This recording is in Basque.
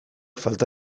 falta